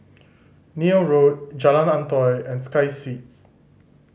Neil Road Jalan Antoi and Sky Suites